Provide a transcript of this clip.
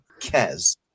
kez